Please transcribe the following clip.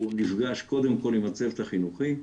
הוא נפגש קודם כל עם הצוות החינוכי,